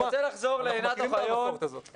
אני רוצה לחזור לעינת אוחיון,